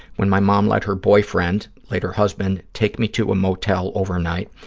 when my mom let her boyfriend, later husband, take me to a motel overnight,